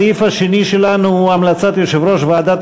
הסעיף השני שלנו הוא המלצת יושב-ראש ועדת